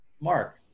Mark